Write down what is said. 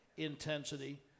Intensity